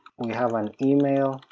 we have an email,